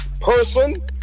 person